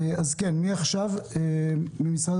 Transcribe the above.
אני רואה שיש כמה נציגים ממשרד